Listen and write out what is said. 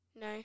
No